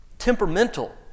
Temperamental